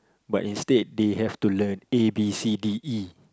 but instead they have to learn A B C D E